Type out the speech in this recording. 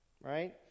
right